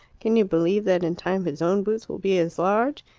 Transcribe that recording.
can you believe that in time his own boots will be as large?